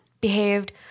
behaved